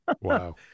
Wow